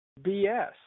BS